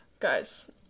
Guys